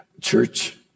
Church